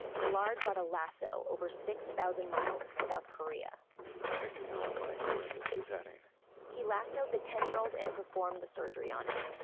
millard brought a lasso over six thousand miles to south korea i do not like where this is heading he lassoed the ten year old and performed surgery on him,